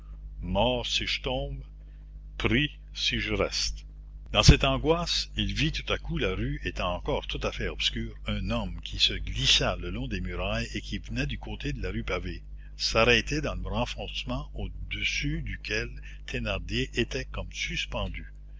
mort si je tombe pris si je reste dans cette angoisse il vit tout à coup la rue étant encore tout à fait obscure un homme qui se glissait le long des murailles et qui venait du côté de la rue pavée s'arrêter dans le renfoncement au-dessus duquel thénardier était comme suspendu